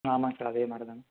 ம் ஆமாங்க சார் அதே மாதிரி தாங்க